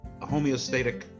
homeostatic